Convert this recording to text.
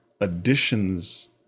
additions